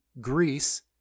Greece